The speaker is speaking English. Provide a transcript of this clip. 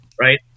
right